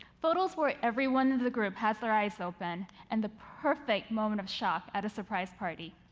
photos where everyone in the group has their eyes open, and the perfect moment of shock at a surprise party.